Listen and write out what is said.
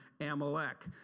Amalek